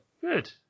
good